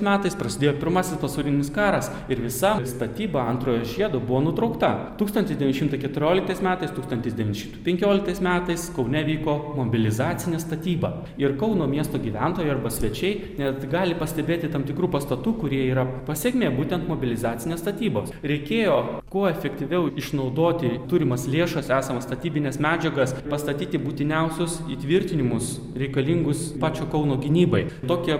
metais prasidėjo pirmasis pasaulinis karas ir visa statyba antrojo žiedo buvo nutraukta tūkstantis devyni šimtai keturioliktais metais tūkstantis devyni šimtai penkioliktais metais kaune vyko mobilizacinė statyba ir kauno miesto gyventojų arba svečiai net gali pastebėti tam tikrų pastatų kurie yra pasekmė būtent mobilizacinės statybos reikėjo kuo efektyviau išnaudoti turimas lėšas esamas statybines medžiagas pastatyti būtiniausius įtvirtinimus reikalingus pačio kauno gynybai tokie